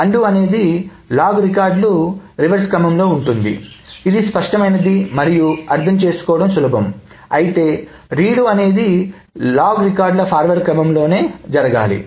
undo అనేది log రికార్డుల reverse క్రమంలో ఉంటుంది ఇది స్పష్టమైనది మరియు అర్థం చేసుకోవడం సులభం అయితే రీడు అనేది లాగ్ రికార్డుల ఫార్వర్డ్ క్రమంలో జరగాలి